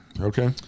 Okay